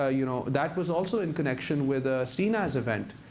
ah you know that was also in connection with a cnas event.